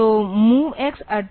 तो MOVX DPTR A